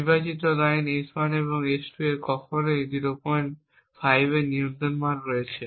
নির্বাচিত line S1 এবং S2 এর এখনও 05 এর নিয়ন্ত্রণ মান রয়েছে